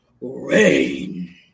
rain